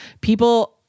People